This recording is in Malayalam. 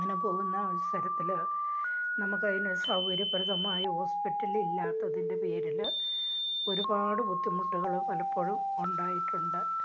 അങ്ങനെ പോകുന്ന അവസരത്തിൽ നമുക്ക് അതിന് സൗകര്യപ്രദമായ ഹോസ്പിറ്റൽ ഇല്ലാത്തതിൻ്റെ പേരിൽ ഒരുപാട് ബുദ്ധിമുട്ടുകൾ പലപ്പോഴും ഉണ്ടായിട്ടുണ്ട്